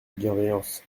bienveillance